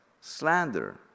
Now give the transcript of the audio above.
slander